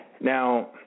Now